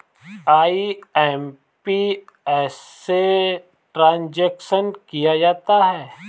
IMPS से transaction किया जाता है